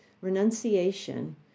renunciation